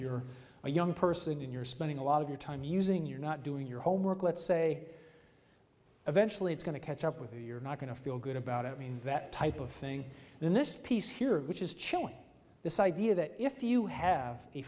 you're a young person you're spending a lot of your time using you're not doing your homework let's say eventually it's going to catch up with you you're not going to feel good about it mean that type of thing in this piece here which is chilling this idea that if you have a